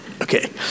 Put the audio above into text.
Okay